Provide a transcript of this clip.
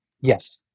Yes